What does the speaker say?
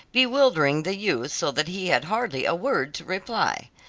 bewildering the youth so that he had hardly a word to reply.